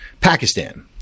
Pakistan